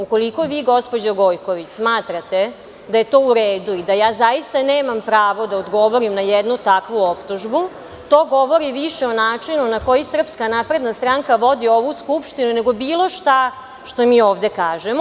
Ukoliko vi gospođo Gojković smatrate da je to u redu i da ja zaista nemam pravo da odgovorim na jednu takvu optužbu, to govori više o načinu na koji SNS vodi ovu Skupštinu nego bilo šta što mi ovde kažemo.